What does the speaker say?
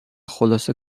خلاصه